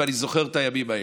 ואני זוכר את הימים האלה.